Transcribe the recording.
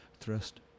thrust